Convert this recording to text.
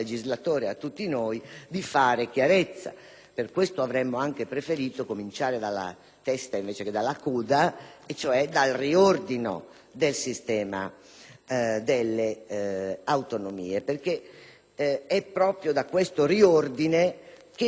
Per questo avremmo anche preferito cominciare dalla testa invece che dalla coda, cioè dal riordino del sistema delle autonomie, perché è proprio con esso che noi possiamo conseguire